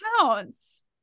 counts